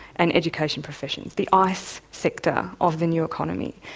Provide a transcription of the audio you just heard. and education professions, the ice sector of the new economy.